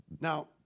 Now